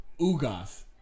Ugas